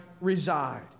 reside